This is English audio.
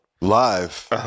Live